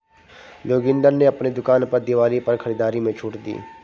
जोगिंदर ने अपनी दुकान में दिवाली पर खरीदारी में छूट दी